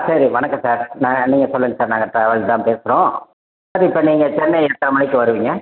சரி வணக்கம் சார் நீங்கள் சொல்லுங்கள் சார் நாங்கள் ட்ராவல் தான் பேசுகிறோம் சார் இப்போ நீங்கள் சென்னை எத்தனை மணிக்கு வருவீங்க